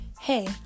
Hey